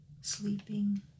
sleeping